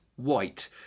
white